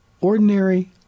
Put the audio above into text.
ordinary